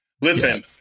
Listen